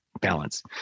balance